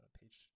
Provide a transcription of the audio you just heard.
page